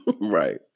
Right